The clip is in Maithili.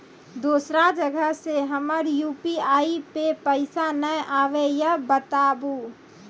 दोसर जगह से हमर यु.पी.आई पे पैसा नैय आबे या बताबू?